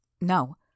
No